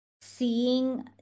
seeing